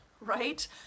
Right